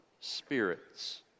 spirits